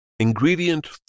Ingredient